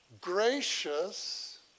gracious